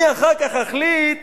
אני אחר כך אחליט